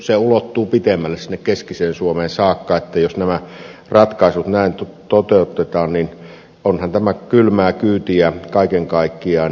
se ulottuu pitemmälle sinne keskiseen suomeen saakka niin että jos nämä ratkaisut näin toteutetaan niin onhan tämä kylmää kyytiä kaiken kaikkiaan